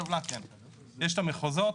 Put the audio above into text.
יש את המחוזות